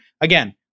again